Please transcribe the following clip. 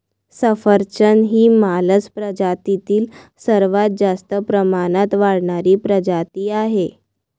सफरचंद ही मालस प्रजातीतील सर्वात जास्त प्रमाणात वाढणारी प्रजाती आहे